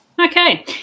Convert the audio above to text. Okay